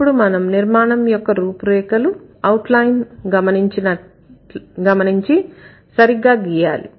ఇప్పుడు మనం నిర్మాణం యొక్క రూపురేఖలు ఔట్లైన్ గమనించి సరిగ్గా గీయాలి